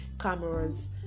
cameras